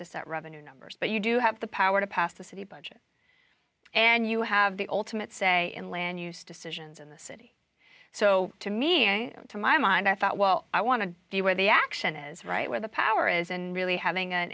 to set revenue numbers but you do have the power to pass the city budget and you have the ultimate say in land use decisions in the city so to me and to my mind i thought well i want to do where the action is right where the power is and really having an